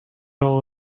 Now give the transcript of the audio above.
all